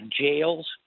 jails